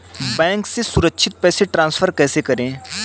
Bank से सुरक्षित पैसे ट्रांसफर कैसे करें?